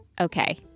Okay